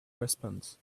response